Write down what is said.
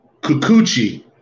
Kikuchi